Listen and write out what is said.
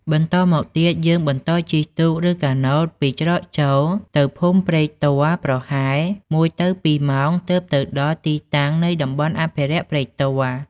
បន្ទាប់មកទៀតយើងបន្តជិះទូកឬការណូតពីច្រកចូលទៅភូមិទឹកព្រែកទាល់ប្រហែល ១ទៅ២ម៉ោងទើបទៅដល់ទីតាំងនៃតំបន់អភិរក្សព្រែកទាល់។